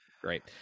Great